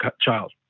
child